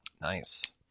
nice